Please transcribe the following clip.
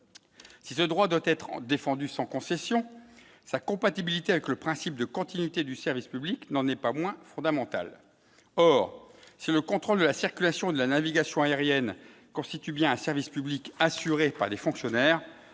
si ce droit doit être défendu sans concession sa compatibilité avec le principe de continuité du service public n'en est pas moins fondamental, or, si le contrôle de la circulation de la navigation aérienne constitue bien un service public assuré par des fonctionnaires,